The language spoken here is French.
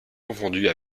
confondues